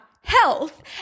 health